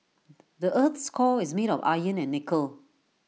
the Earth's core is made of iron and nickel